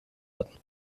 hatten